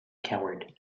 coward